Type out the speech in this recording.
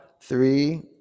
three